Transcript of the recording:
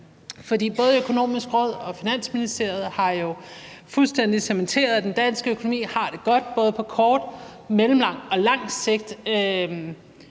For både Det Økonomiske Råd og Finansministeriet har jo fuldstændig cementeret, at den danske økonomi har det godt, både på kort, mellemlang og lang sigt.